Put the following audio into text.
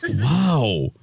Wow